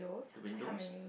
the windows